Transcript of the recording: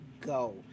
go